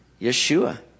Yeshua